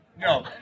No